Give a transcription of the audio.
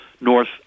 North